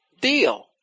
deal